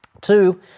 Two